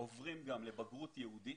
עוברים גם לבגרות ייעודית,